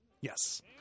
Yes